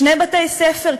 שני בתי-ספר,